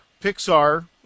Pixar